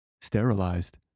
Sterilized